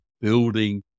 Building